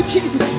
Jesus